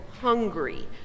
hungry